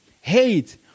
Hate